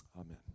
amen